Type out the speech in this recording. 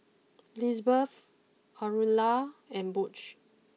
Lisbeth Aurilla and Butch